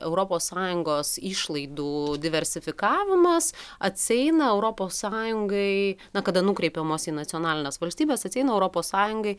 europos sąjungos išlaidų diversifikavimas atsieina europos sąjungai na kada nukreipiamos į nacionalines valstybes atsieina europos sąjungai